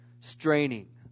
straining